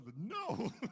No